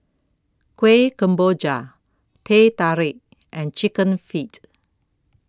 Kueh Kemboja Teh Tarik and Chicken Feet